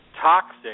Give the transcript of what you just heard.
toxic